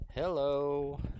Hello